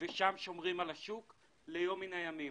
שם שומרים את השוק ליום מן הימים.